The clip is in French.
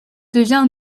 devient